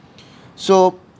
so